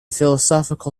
philosophical